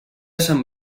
sant